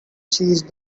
cheese